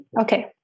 okay